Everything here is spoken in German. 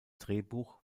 drehbuch